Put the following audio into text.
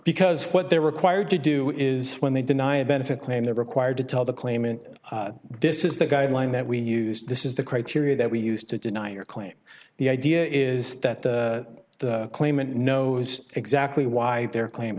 because what they're required to do is when they deny a benefit claim they're required to tell the claimant this is the guideline that we use this is the criteria that we use to deny or claim the idea is that the claimant knows exactly why their claim